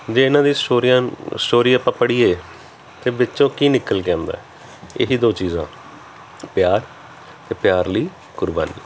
ਜੇ ਇਹਨਾਂ ਦੀ ਸੂਰਿਆ ਸਟੋਰੀ ਆਪਾਂ ਪੜ੍ਹੀਏ ਤਾਂ ਵਿੱਚੋਂ ਕੀ ਨਿਕਲ ਕੇ ਆਉਂਦਾ ਇਹ ਹੀ ਦੋ ਚੀਜ਼ਾਂ ਪਿਆਰ ਅਤੇ ਪਿਆਰ ਲਈ ਕੁਰਬਾਨੀ